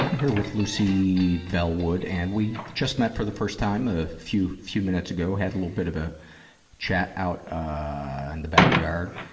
here with lucy bellwood, and we just met for the first time, a few, few minutes ago. had a little bit of a chat out, ah, in and the backyard.